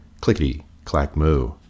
clickety-clack-moo